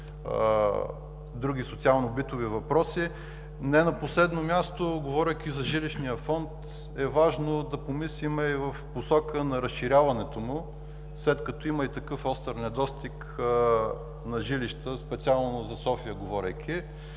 други социално-битови въпроси. Не на последно място, говорейки за жилищния фонд, е важно да помислим и в посока на разширяването му, след като има и такъв остър недостиг на жилища, говоря специално за София. Само